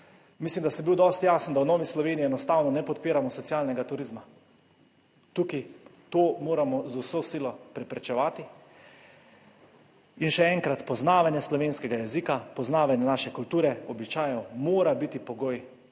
Mislim, da sem bil dosti jasen, da v Novi Sloveniji enostavno ne podpiramo socialnega turizma. Tukaj to moramo z vso silo preprečevati. Še enkrat, poznavanje slovenskega jezika, poznavanje naše kulture običajno mora biti pogoj